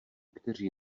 kteří